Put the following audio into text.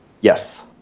Yes